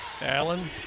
Allen